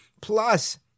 Plus